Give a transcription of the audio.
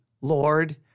Lord